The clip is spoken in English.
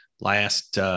last